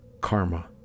Karma